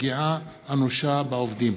פגיעה אנושה בעובדים,